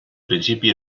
principi